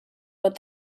but